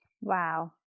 Wow